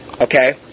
Okay